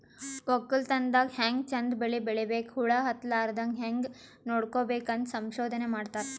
ವಕ್ಕಲತನ್ ದಾಗ್ ಹ್ಯಾಂಗ್ ಚಂದ್ ಬೆಳಿ ಬೆಳಿಬೇಕ್, ಹುಳ ಹತ್ತಲಾರದಂಗ್ ಹ್ಯಾಂಗ್ ನೋಡ್ಕೋಬೇಕ್ ಅಂತ್ ಸಂಶೋಧನೆ ಮಾಡ್ತಾರ್